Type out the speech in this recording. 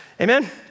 Amen